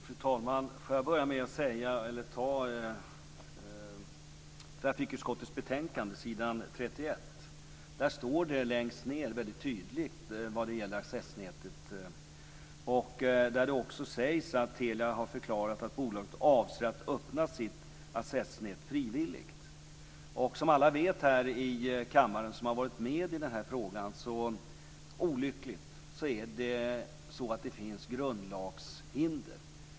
Fru talman! Får jag börja med att ta upp trafikutskottets betänkande, s. 31. Där står det tydligt längst ned om accessnätet. Där sägs också att Telia har förklarat att bolaget avser att öppna sitt accessnät frivilligt. Som alla här i kammaren som har varit med i den här frågan vet är det olyckligtvis så att det finns grundlagshinder.